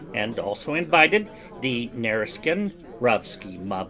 and also invited the nareskin rowskimowmowsky